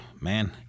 man